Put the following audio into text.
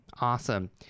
Awesome